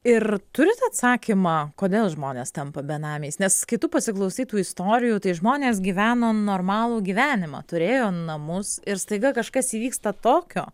ir turit atsakymą kodėl žmonės tampa benamiais nes kai tu pasiklausai tų istorijų tai žmonės gyveno normalų gyvenimą turėjo namus ir staiga kažkas įvyksta tokio